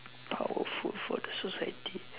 powerful for the society